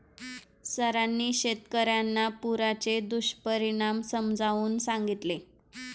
सरांनी शेतकर्यांना पुराचे दुष्परिणाम समजावून सांगितले